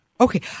Okay